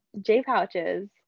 J-Pouches